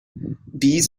these